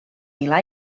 milà